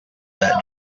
that